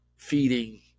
Feeding